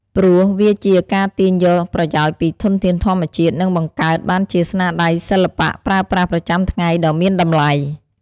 ព្រោះវាជាការទាញយកប្រយោជន៍ពីធនធានធម្មជាតិ និងបង្កើតបានជាស្នាដៃសិល្បៈប្រើប្រាស់ប្រចាំថ្ងៃដ៏មានតម្លៃ។